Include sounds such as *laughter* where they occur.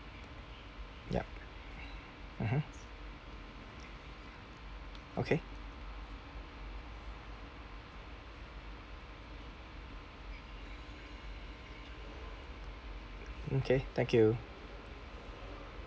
yup *breath* mmhmm okay okay thank you